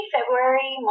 February